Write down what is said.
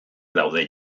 daude